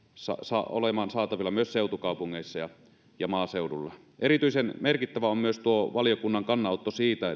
olemaan saatavilla myös seutukaupungeissa ja maaseudulla erityisen merkittävä on myös valiokunnan kannanotto siitä